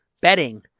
betting